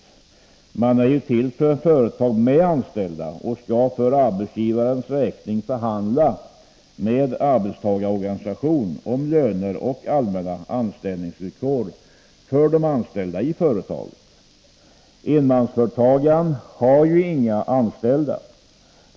Organisationen är ju till för företag med anställda och skall för arbetsgivarens räkning förhandla med arbetstagarorganisationen om löner och allmänna anställningsvillkor för de anställda i företaget. Enmansföretagen har ju inga anställda.